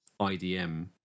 IDM